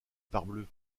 parbleu